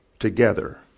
together